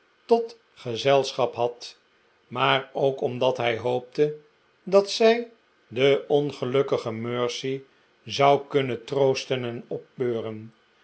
tot gezelschap had maar ook omdat hij hoopte dat zij de ongelukkige mercy zou kunnen troosten en opbeuren